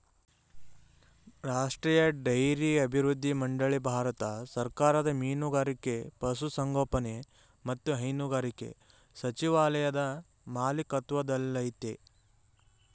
ರಾಷ್ಟ್ರೀಯ ಡೈರಿ ಅಭಿವೃದ್ಧಿ ಮಂಡಳಿ ಭಾರತ ಸರ್ಕಾರದ ಮೀನುಗಾರಿಕೆ ಪಶುಸಂಗೋಪನೆ ಮತ್ತು ಹೈನುಗಾರಿಕೆ ಸಚಿವಾಲಯದ ಮಾಲಿಕತ್ವದಲ್ಲಯ್ತೆ